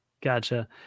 Gotcha